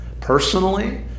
personally